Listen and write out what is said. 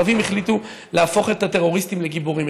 הערבים החליטו להפוך את הטרוריסטים לגיבורים,